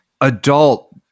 adult